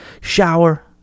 shower